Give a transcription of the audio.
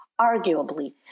arguably